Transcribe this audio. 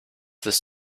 this